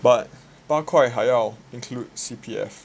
but 八块还要 include C_P_F